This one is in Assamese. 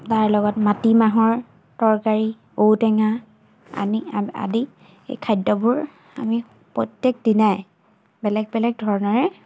তাৰ লগত মাটিমাহৰ তৰকাৰী ঔটেঙা আনি আদি এই খাদ্যবোৰ আমি প্ৰত্যেক দিনাই বেলেগ বেলেগ ধৰণৰে